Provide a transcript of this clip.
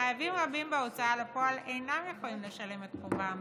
חייבים רבים בהוצאה לפועל אינם יכולים לשלם את חובם